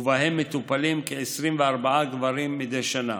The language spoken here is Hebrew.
ובהם מטופלים כ-24 גברים מדי שנה.